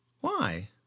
Why